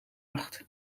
acht